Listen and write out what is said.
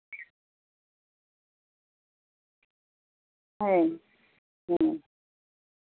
ᱦᱮᱸ ᱦᱩᱸ